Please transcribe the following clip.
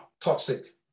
toxic